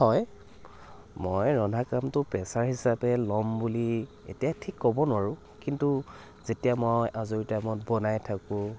হয় মই ৰন্ধা কামটো পেছা হিচাপে ল'ম বুলি এতিয়া ঠিক ক'ব নোৱাৰোঁ কিন্তু যেতিয়া মই আজৰি টাইমত বনাই থাকোঁ